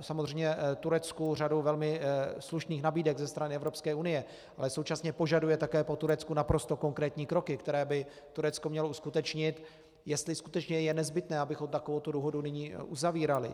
samozřejmě Turecku řadu velmi slušných nabídek ze strany Evropské unie, ale současně požaduje také po Turecku naprosto konkrétní kroky, které by Turecko mělo uskutečnit, jestli skutečně je nezbytné, abychom takovouto dohodu nyní uzavírali.